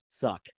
suck